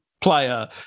player